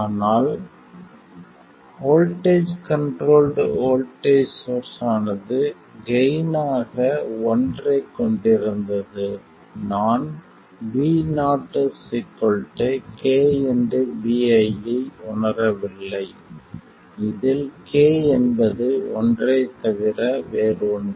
ஆனால் voltage controlled voltage source ஆனது gain ஆக ஒன்றைக் கொண்டிருந்தது நான் Vo kVi ஐ உணரவில்லை இதில் k என்பது ஒன்றைத் தவிர வேறு ஒன்று